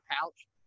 pouch